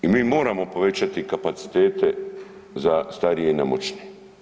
I mi moramo povećati kapacitete za starije i nemoćne.